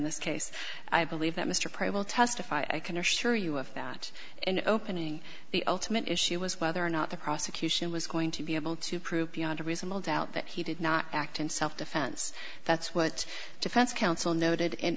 this case i believe that mr probe will testify i can assure you of that in opening the ultimate issue was whether or not the prosecution was going to be able to prove beyond a reasonable doubt that he did not act in self defense that's what defense counsel noted in